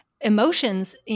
emotions